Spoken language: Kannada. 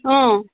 ಹಾಂ